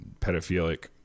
pedophilic